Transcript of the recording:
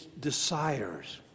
desires